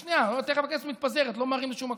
שנייה, תכף הכנסת מתפזרת, לא ממהרים לשום מקום.